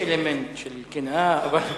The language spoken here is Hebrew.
יש אלמנט של קנאה, אבל,